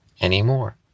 anymore